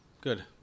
Good